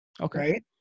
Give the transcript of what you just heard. Okay